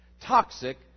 toxic